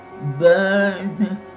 burn